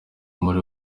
muri